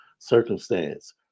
circumstance